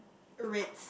red